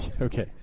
Okay